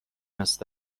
است